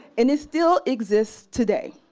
and it still exists today.